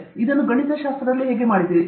ನೀವು ಇದನ್ನು ಗಣಿತಶಾಸ್ತ್ರದಲ್ಲಿ ಹೇಗೆ ಮಾಡಿದ್ದೀರಿ